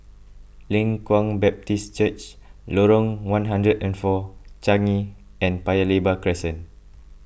Leng Kwang Baptist Church Lorong one hundred and four Changi and Paya Lebar Crescent